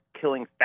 killing